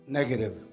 negative